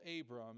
Abram